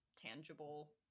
tangible